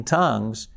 tongues